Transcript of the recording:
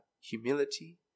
humility